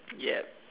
yep